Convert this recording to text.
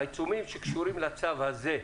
העיצומים שקשורים לצו הזה,